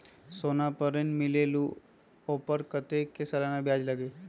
सोना पर ऋण मिलेलु ओपर कतेक के सालाना ब्याज लगे?